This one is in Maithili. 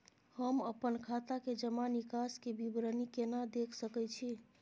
हम अपन खाता के जमा निकास के विवरणी केना देख सकै छी?